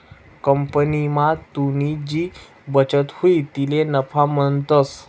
कंपनीमा तुनी जी बचत हुई तिले नफा म्हणतंस